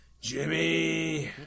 Jimmy